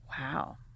Wow